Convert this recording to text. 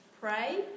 pray